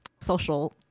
social